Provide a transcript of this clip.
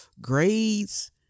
grades